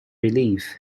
relief